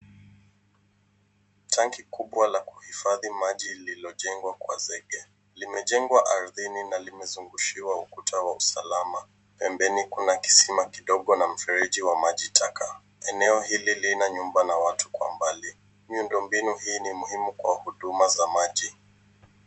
Tanki kubwa la kuhifadhi maji lililojengwa kwa zege. Limejengwa ardhini na limezungushiwa ukuta wa usalama. Pembeni kuna kisima kidogo na mfeleji wa maji taka. Eneo hili lina nyumba na watu kwa mbali. Miundombinu hii ni muhimu kwa huduma za maji.